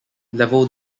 level